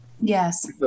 Yes